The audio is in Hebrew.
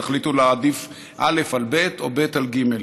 תחליטו להעדיף א' על ב' או ב' על ג'.